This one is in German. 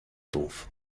doof